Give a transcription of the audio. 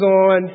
on